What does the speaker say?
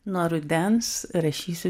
nuo rudens rašysiu